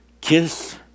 kiss